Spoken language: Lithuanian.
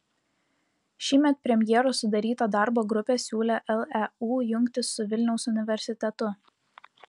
šįmet premjero sudaryta darbo grupė siūlė leu jungtis su vilniaus universitetu